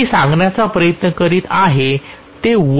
जे मी सांगण्याचा प्रयत्न करीत आहे